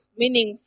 meaning